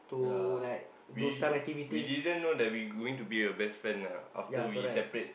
yea we we didn't know that we going to be a best friend ah after we separate